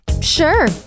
Sure